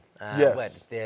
Yes